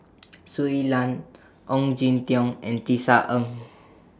Shui Lan Ong Jin Teong and Tisa Ng